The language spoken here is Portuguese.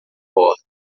corda